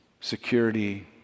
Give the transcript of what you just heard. Security